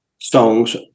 songs